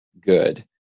good